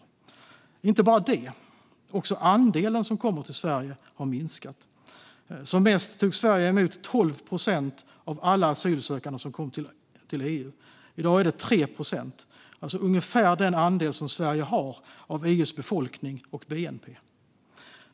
Men inte bara antalet asylsökande har minskat, utan också andelen som kommer till Sverige har minskat. Som mest tog Sverige emot 12 procent av alla asylsökande som kom till EU. I dag är det 3 procent, alltså motsvarande ungefär den andel som Sverige har av EU:s befolkning och bnp.